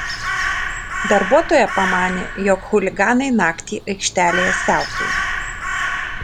darbuotoja pamanė jog chuliganai naktį aikštelėje siautėjo